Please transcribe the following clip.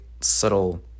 subtle